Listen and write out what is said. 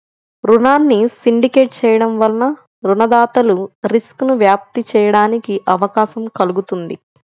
రుణాన్ని సిండికేట్ చేయడం వలన రుణదాతలు రిస్క్ను వ్యాప్తి చేయడానికి అవకాశం కల్గుతుంది